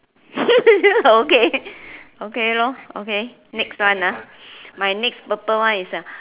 okay okay lor okay next one ah my next purple one is a